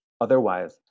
Otherwise